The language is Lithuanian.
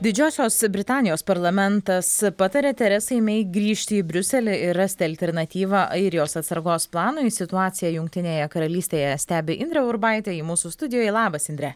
didžiosios britanijos parlamentas patarė teresai mei grįžti į briuselį ir rasti alternatyvą airijos atsargos planui situaciją jungtinėje karalystėje stebi indrė urbaitė ji mūsų studijoje labas indre